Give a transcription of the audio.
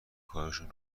کارشون